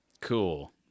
Cool